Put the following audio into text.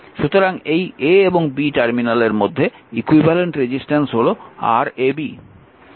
সুতরাং এই a এবং এই b টার্মিনালের মধ্যে ইকুইভ্যালেন্ট রেজিস্ট্যান্স হল Rab